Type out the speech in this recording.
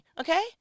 okay